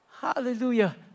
Hallelujah